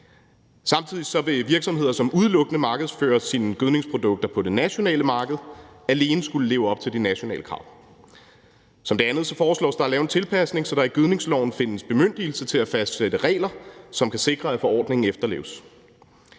Samtidig vil virksomheder, som udelukkende markedsfører deres gødningsprodukter på det nationale marked, alene skulle leve op til de nationale krav. Som det andet foreslås det at lave en tilpasning, så der i gødningsloven findes bemyndigelse til at fastsætte regler, som kan sikre, at forordningen efterleves.